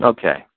Okay